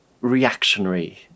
reactionary